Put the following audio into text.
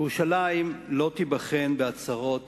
ירושלים לא תיבחן בהצהרות